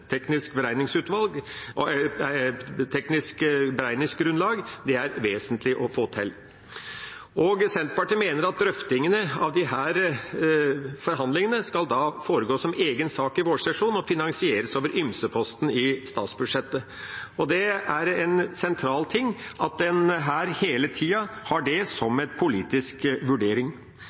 teknisk beregningsgrunnlag vesentlig å få til. Senterpartiet mener at resultatet av disse drøftingene skal behandles som egen sak i vårsesjonen og finansieres over ymseposten i statsbudsjettet. Det er en sentral ting at en her hele tida har det som en politisk vurdering.